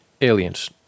aliens